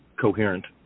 coherent